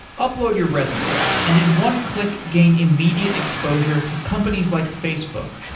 upload your resume and in one click, gain immediate exposure to companies like facebook,